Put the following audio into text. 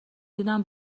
دیدم